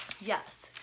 Yes